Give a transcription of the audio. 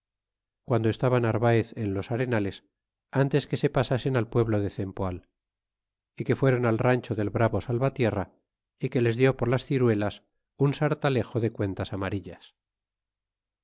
criando estaba narvaez en los arenales ntes que se pasasen al pueblo de cempoal é que fuéron al rancho del bravo salvatierra é que les dió por las ciruelas un sartalejo de cuentas amarillas